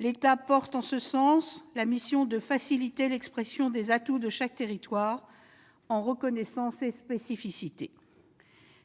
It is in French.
l'État assume la mission de faciliter l'expression des atouts de chaque territoire, en reconnaissant ses spécificités.